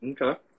Okay